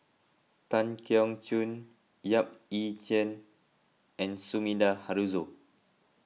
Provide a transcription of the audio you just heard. Tan Keong Choon Yap Ee Chian and Sumida Haruzo